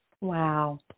Wow